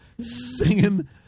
singing